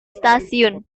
stasiun